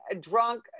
drunk